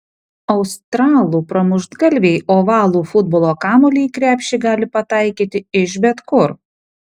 australų pramuštgalviai ovalų futbolo kamuolį į krepšį gali pataikyti iš bet kur